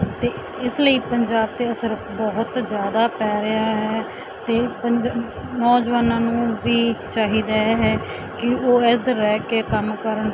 ਅਤੇ ਇਸ ਲਈ ਪੰਜਾਬ 'ਤੇ ਅਸਰ ਬਹੁਤ ਜ਼ਿਆਦਾ ਪੈ ਰਿਹਾ ਹੈ ਅਤੇ ਪੰਜ ਨੌਜਵਾਨਾਂ ਨੂੰ ਵੀ ਚਾਹੀਦਾ ਹੈ ਕਿ ਉਹ ਇੱਧਰ ਰਹਿ ਕੇ ਕੰਮ ਕਰਨ